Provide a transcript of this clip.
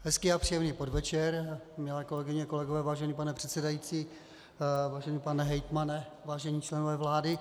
Hezký a příjemný podvečer, milé kolegyně, kolegové, vážený pane předsedající, vážený pane hejtmane, vážení členové vlády.